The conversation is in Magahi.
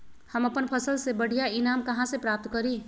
हम अपन फसल से बढ़िया ईनाम कहाँ से प्राप्त करी?